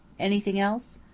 anything else?